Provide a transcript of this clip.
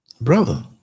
Brother